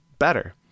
better